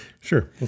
Sure